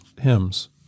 hymns